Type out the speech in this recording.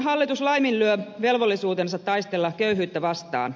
hallitus laiminlyö velvollisuutensa taistella köyhyyttä vastaan